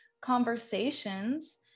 conversations